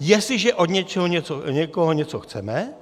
Jestliže od někoho něco chceme,